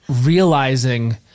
realizing